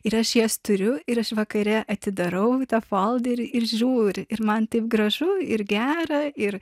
ir aš jas turiu ir aš vakare atidarau į tą folderį ir žiūriu ir man taip gražu ir gera ir